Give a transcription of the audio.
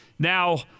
now